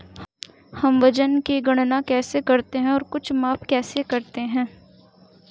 हम वजन की गणना कैसे करते हैं और कुछ माप कैसे करते हैं?